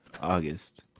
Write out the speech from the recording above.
August